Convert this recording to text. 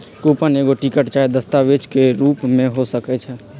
coupon एगो ticket चाहे दस्तावेज के रूप में हो सकइ छै